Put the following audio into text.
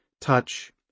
touch